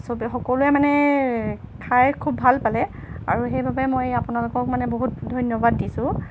চবেই সকলোৱে মানে খাই খুব ভাল পালে আৰু সেইবাবে মই আপোনালোকক মানে বহুত ধন্যবাদ দিছোঁ